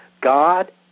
God